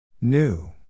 New